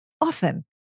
often